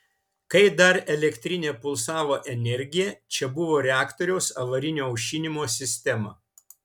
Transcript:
kai dar elektrinė pulsavo energija čia buvo reaktoriaus avarinio aušinimo sistema